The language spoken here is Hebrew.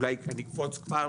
אולי אני אקפוץ כבר,